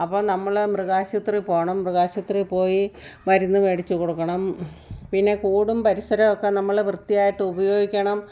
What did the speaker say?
അപ്പോൾ നമ്മൾ മൃഗാശുപത്രിയിൽ പോകണം മൃഗാശുപത്രിയിൽ പോയി മരുന്ന് മേടിച്ച് കൊടുക്കണം പിന്നെ കൂടും പരിസരമൊക്കെ നമ്മൾ വൃത്തിയായിട്ട് ഉപയോഗിക്കണം